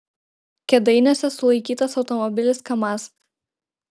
kėdainiuose sulaikytas automobilis kamaz